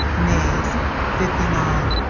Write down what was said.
nays fifty nine.